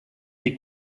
des